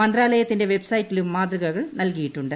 മന്ത്രാലയത്തിന്റെ വെബ്സൈറ്റിലും മാതൃകകൾ നൽകിയിട്ടുണ്ട്